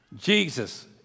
Jesus